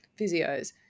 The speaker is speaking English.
physios